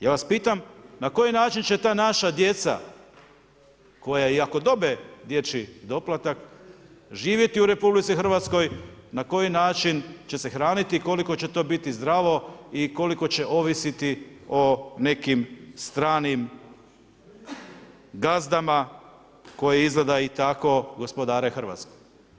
Ja vas pitam na koji način će ta naša djeca, koja i ako dobe dječji doplatak, živjeti u RH, na koji način će se hraniti i koliko će to biti zdravo i koliko će ovisiti o nekim stranim gazdama koji tako gospodare Hrvatskom?